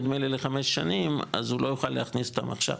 נדמה לי לחמש שנים אז הוא לא יוכל להכניס אותם עכשיו.